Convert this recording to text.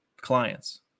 clients